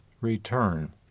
return